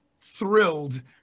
thrilled